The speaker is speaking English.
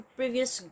previous